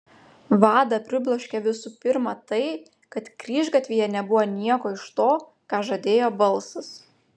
vadą pribloškė visų pirma tai kad kryžgatvyje nebuvo nieko iš to ką žadėjo balsas